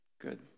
good